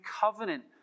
covenant